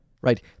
right